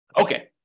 Okay